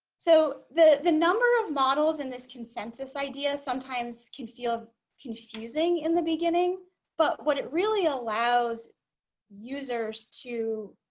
so the the number of models in this consensus idea sometimes can feel confusing in the beginning but what it really allows users to